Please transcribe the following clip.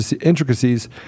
Intricacies